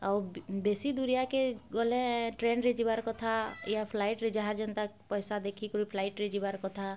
ଆଉ ବି ବେଶୀ ଦୁରିଆ କେ ଗଲେ ଟ୍ରେନ୍ରେ ଯିବାର୍ କଥା ୟା ଫ୍ଲାଇଟ୍ରେ ଯାହା ଯେନ୍ତା ପଇସା ଦେଖିକରି ଫ୍ଲାଇଟ୍ରେ ଯିବାର୍ କଥା